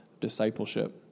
discipleship